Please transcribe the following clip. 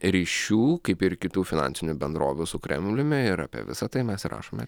ryšių kaip ir kitų finansinių bendrovių su kremliumi ir apie visa tai mes ir rašome